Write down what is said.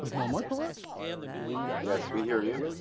is my mic alright? yes, we hear you.